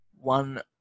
one